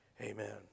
Amen